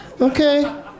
Okay